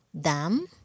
dam